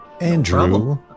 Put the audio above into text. Andrew